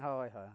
ᱦᱳᱭ ᱦᱳᱭ